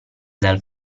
dal